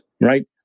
right